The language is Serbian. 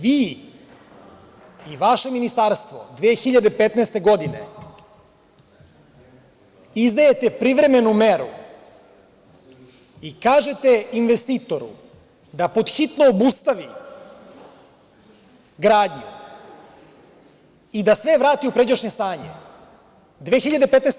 Vi i vaše Ministarstvo, 2015. godine izdajete privremenu meru i kažete investitoru da pod hitno obustavi gradnju i da sve vrati u pređašnje stanje, ul.